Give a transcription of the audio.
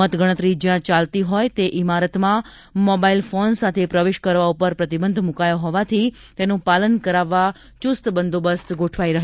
મતગણતરી જ્યાં ચાલતી હોય તે ઈમારતમાં મોબાઇલ ફોન સાથે પ્રવેશ કરવા ઉપર પ્રતિબંધ મુકાયો હોવાથી તેનું પાલન કરાવવા ચુસ્ત બંદોબસ્ત ગોઠવાઇ રહ્યો છે